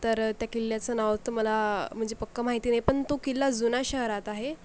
तर त्या किल्ल्याचं नाव तर मला म्हणजे पक्कं माहिती नाही पण तो किल्ला जुन्या शहरात आहे